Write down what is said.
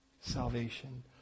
salvation